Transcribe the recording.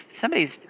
somebody's